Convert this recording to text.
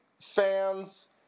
fans